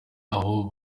aho